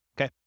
Okay